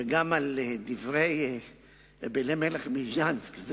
וגם על דברי רבי אלימלך מליז'נסק,